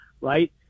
right